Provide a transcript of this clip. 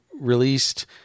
released